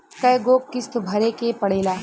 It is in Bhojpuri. कय गो किस्त भरे के पड़ेला?